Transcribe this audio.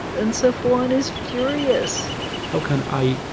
and safwan is furious how can i